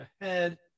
ahead